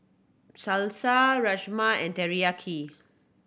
Salsa Rajma and Teriyaki